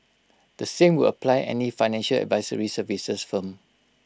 the same will apply any financial advisory services firm